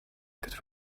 could